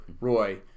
Roy